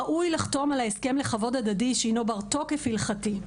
ראוי לחתום על ההסכם לכבוד הדדי שהינו בר תוקף הלכתי.